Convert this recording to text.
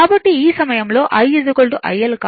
కాబట్టి ఈ సమయంలో IIL